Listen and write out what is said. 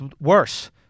worse